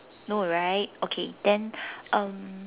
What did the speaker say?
no right okay then um